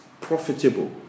profitable